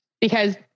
Because-